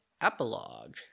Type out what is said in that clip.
epilogue